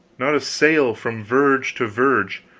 not a sail, from verge to verge,